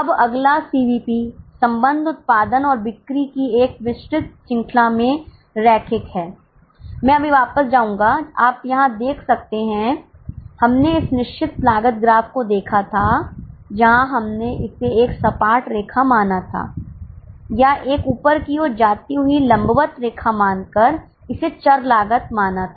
अब अगला सीवीपी संबंध उत्पादन और बिक्री की एक विस्तृत श्रृंखला में रैखिक हैं मैं अभी वापस जाऊंगा आप यहां देख सकते हैं हमने इस निश्चित लागत ग्राफ को देखा था जहां हमने इसे एक सपाट रेखा माना था या एक ऊपर की ओर जाती हुई लंबवत रेखा मानकर इसे चर लागत माना था